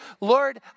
Lord